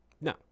No